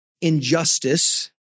injustice